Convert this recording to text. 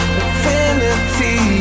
infinity